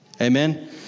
Amen